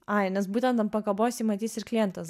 ai nes būtent ant pakabos jį matys ir klientas